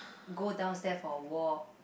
go downstair for a walk